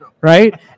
right